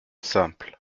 simple